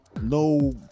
no